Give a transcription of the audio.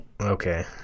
Okay